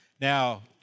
Now